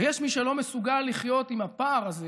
יש מי שלא מסוגל לחיות עם הפער הזה